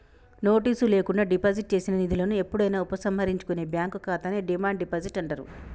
notice లేకుండా deposit చేసిన నిధులను ఎప్పుడైనా ఉపసంహరించుకునే బ్యాంక్ ఖాతాని డిమాండ్ డిపాజిట్ అంటారు